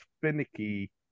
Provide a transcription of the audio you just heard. finicky